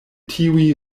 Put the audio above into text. tiuj